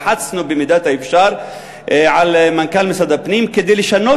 לחצנו במידת האפשר על מנכ"ל משרד הפנים כדי לשנות